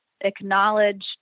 acknowledged